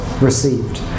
received